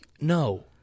no